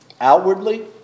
Outwardly